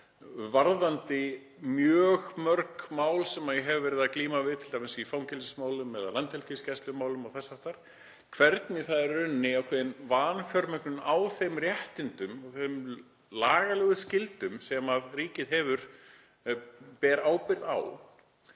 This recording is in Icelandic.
varðandi mjög mörg mál sem ég hef verið að glíma við, t.d. í fangelsismálum eða landhelgisgæslumálum og þess háttar, hvernig það er í rauninni ákveðin vanfjármögnun á þeim réttindum og þeim lagalegu skyldum sem ríkið ber ábyrgð á.